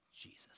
Jesus